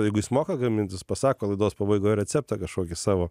jeigu jis moka gamint jis pasako laidos pabaigoje receptą kažkokį savo